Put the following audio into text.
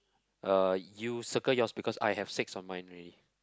uh you circle yours because I have six on mine ready